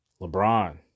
LeBron